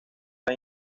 las